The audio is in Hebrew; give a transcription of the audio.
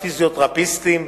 הפיזיותרפיסטים,